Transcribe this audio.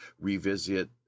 revisit